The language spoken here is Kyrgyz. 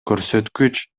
көрсөткүч